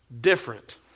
different